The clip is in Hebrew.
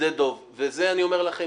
בשדה דב" זה אני אומר לכם,